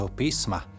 písma